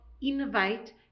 innovate